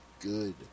good